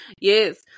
yes